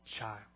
child